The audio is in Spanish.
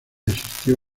asistió